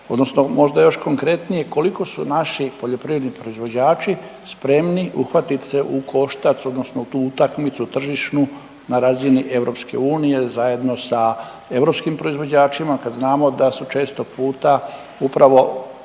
odnosno možda još konkretnije, koliko su naši poljoprivredni proizvođači spremni uhvatit se u koštac odnosno u tu utakmicu tržišnu na razini EU zajedno sa europskim proizvođačima kad znamo da su često puta upravo